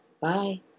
Bye